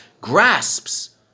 Grasps